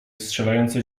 strzelające